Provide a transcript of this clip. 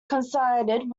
coincided